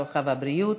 הרווחה והבריאות.